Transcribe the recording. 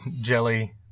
jelly